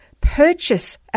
purchase